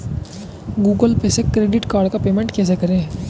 Google पर से credit card का पेमेंट कैसे करें?